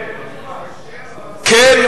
כשר,